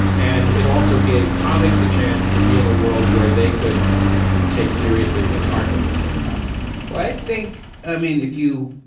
and it also gave comics a chance to be in a world where they could take seriously this art that they cared about well i think i mean if you